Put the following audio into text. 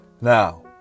Now